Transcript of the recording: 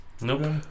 Nope